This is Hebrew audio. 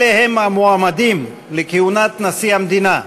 אלה הם המועמדים לכהונת נשיא המדינה,